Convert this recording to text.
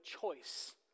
choice